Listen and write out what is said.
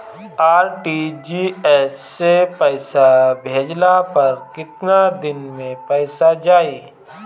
RTGS से पईसा भेजला पर केतना दिन मे पईसा जाई?